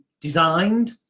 designed